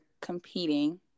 competing